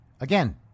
again